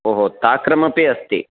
ओ हो तक्रमपि अस्ति